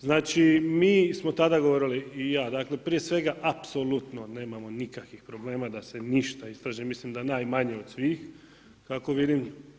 Znači mi smo tada govorili, i ja, znači prije svega apsolutno nemamo nikakvih problema da se ništa istraži, mislim da najmanje od svih, kako vidim.